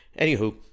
Anywho